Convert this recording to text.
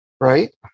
Right